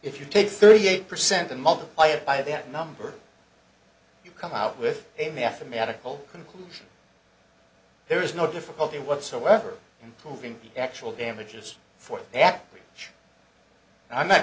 if you take thirty eight percent and multiply it by the number you come out with a mathematical conclusion there is no difficulty whatsoever in proving the actual damages for the act i'm not